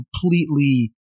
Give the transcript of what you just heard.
completely